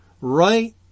Right